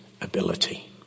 ability